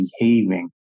behaving